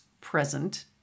present